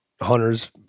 hunters